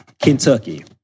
Kentucky